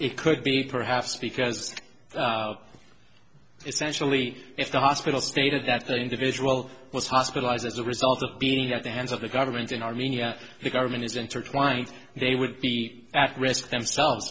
it could be perhaps because essentially if the hospital stated that the individual was hospitalized as a result of being at the hands of the government in armenia the government is intertwined they would be act risk themselves